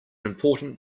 important